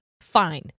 fine